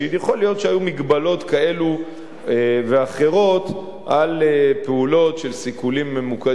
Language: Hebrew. יכול להיות שהיו הגבלות כאלה ואחרות על פעולות של סיכולים ממוקדים,